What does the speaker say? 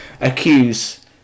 accuse